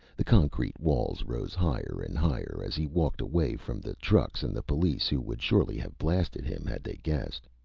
the concrete walls rose higher and higher as he walked away from the trucks and the police who would surely have blasted him had they guessed.